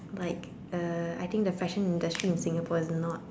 like uh I think the fashion industry in Singapore is not